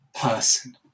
person